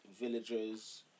villagers